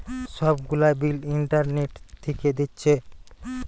সব গুলা bill internet থিকে দিচ্ছে